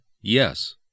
Yes